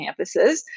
campuses